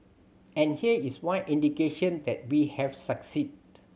and here is one indication that we have succeeded